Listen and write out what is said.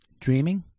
dreaming